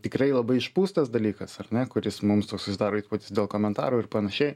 tikrai labai išpūstas dalykas ar ne kuris mums toks susidaro įspūdis dėl komentarų ir panašiai